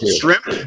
shrimp